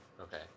Okay